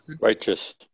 Righteous